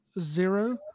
zero